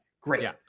Great